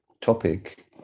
topic